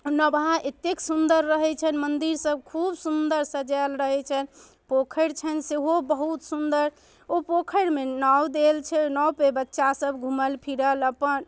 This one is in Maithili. ओ नबाह एतेक सुन्दर रहै छनि मन्दिरसब खूब सुन्दर सजाएल रहै छनि पोखरि छनि सेहो बहुत सुन्दर ओ पोखरिमे नाव देल छै नावपर बच्चासब घुमल फिरल अपन